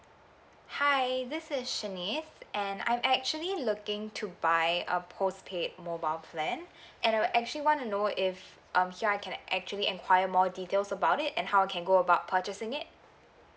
hi this is shanice and I'm actually looking to buy a postpaid mobile plan and I actually want to know if um here I can actually enquiry more details about it and how can go about purchasing it